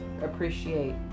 appreciate